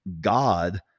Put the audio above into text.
God